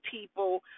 people